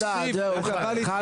די, מספיק.